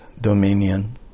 dominion